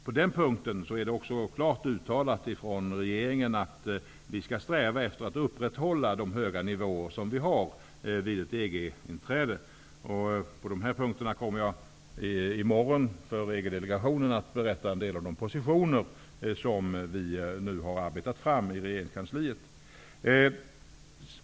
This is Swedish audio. På den punkten har regeringen också klart uttalat att vi vid ett EG-inträde skall sträva efter att upprätthålla de höga nivåer vi har. Jag kommer i morgon för EG-delegationen att berätta en del om de positioner som vi nu har arbetat fram i regeringskansliet.